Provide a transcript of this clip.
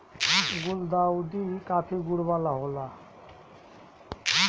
गुलदाउदी काफी गुण वाला होला